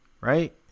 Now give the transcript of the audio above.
right